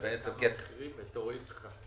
לא.